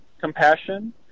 Compassion